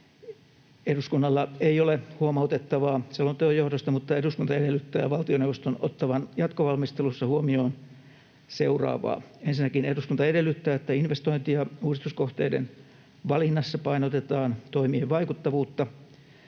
”Eduskunnalla ei ole huomautettavaa selonteon johdosta, mutta eduskunta edellyttää valtioneuvoston ottavan jatkovalmistelussa huomioon seuraavaa: Ensinnäkin, eduskunta edellyttää, että investointi- ja uudistuskohteiden valinnassa painotetaan toimien vaikuttavuutta,